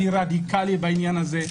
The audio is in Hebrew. אני רדיקלי בעניין הזה.